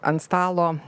ant stalo